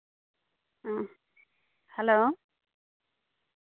ᱦᱮᱸ ᱦᱮᱞᱳ